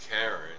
Karen